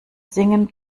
singen